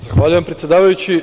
Zahvaljujem, predsedavajući.